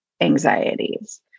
anxieties